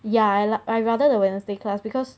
ya I rather than wednesday class because